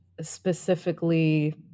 specifically